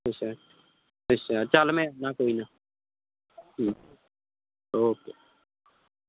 ਅੱਛਾ ਅੱਛਾ ਚੱਲ ਮੈਂ ਨਾ ਕੋਈ ਨਾ ਹਮ ਓਕੇ